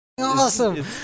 awesome